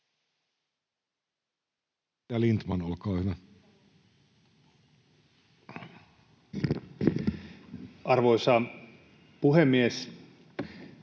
Arvoisa puhemies!